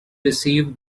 received